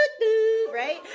right